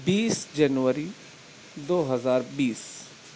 بیس جنوری دو ہزار بیس